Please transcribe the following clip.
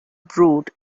brewed